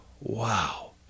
wow